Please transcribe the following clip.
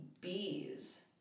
bees